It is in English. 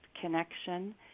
connection